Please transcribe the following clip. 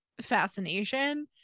fascination